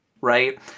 right